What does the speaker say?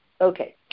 Okay